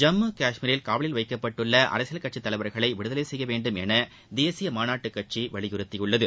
ஜம்மு காஷ்மீரில் காவலில் வைக்கப்பட்டுள்ள அரசியல் கட்சித் தலைவர்களை விடுதலை செய்ய வேண்டுமென தேசிய மாநாட்டுக் கட்சி வலியுறுத்தியுள்ளது